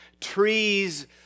trees